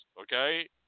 okay